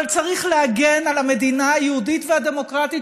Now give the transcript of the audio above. אבל צריך להגן על המדינה היהודית והדמוקרטית